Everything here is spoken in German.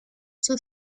zur